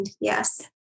Yes